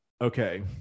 Okay